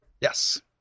Yes